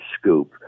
scoop